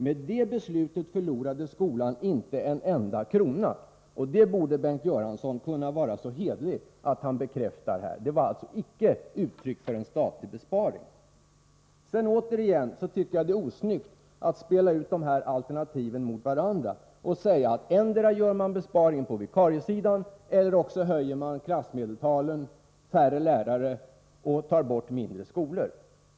Med det beslutet förlorade skolan inte en enda krona. Bengt Göransson borde kunna vara så hederlig att han här bekräftade det. Beslutet var alltså icke ett uttryck för en statlig besparing. Jag upprepar att jag tycker att det är osnyggt att spela ut alternativen mot varandra genom att säga: Antingen gör vi besparingar på vikariesidan, eller också höjer vi klassmedeltalet, minskar antalet lärare och tar bort mindre skolor.